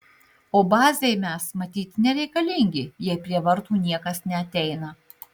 o bazei mes matyt nereikalingi jei prie vartų niekas neateina